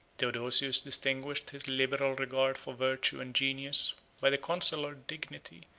theodosius distinguished his liberal regard for virtue and genius by the consular dignity,